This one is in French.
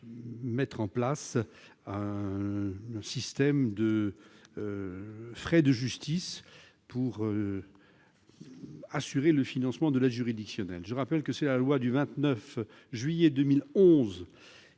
mettre en place un système de frais de justice pour assurer le financement de l'aide juridictionnelle. Je rappelle que la loi du 29 juillet 2011